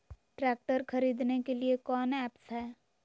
Tractor खरीदने के लिए कौन ऐप्स हाय?